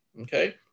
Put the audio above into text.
Okay